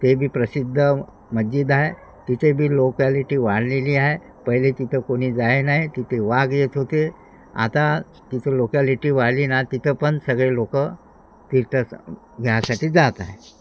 ते बी प्रसिद्ध मस्जिद आहे तिथे बी लोकॅलिटी वाढलेली आहे पहिले तिथं कोणी जाय नाही तिथे वाघ येत होते आता तिथं लोकॅलिटी वाढली ना तिथं पण सगळे लोकं तीर्थ घ्यायसाठी जात आहे